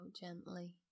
gently